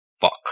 Fuck